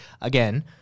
again